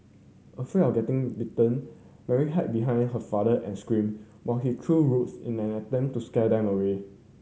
afraid of getting bitten Mary hide behind her father and screamed while he threw roots in an attempt to scare them away